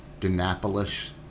Denapolis